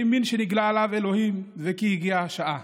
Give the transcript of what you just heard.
שהאמין שנגלה אליו אלוהים וכי הגיעה השעה